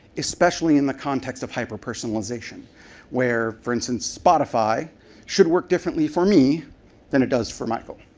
especially in the context of hyper-personalization where, for instance, spotify should work differently for me than it does for michael.